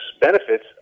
benefits